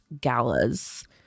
galas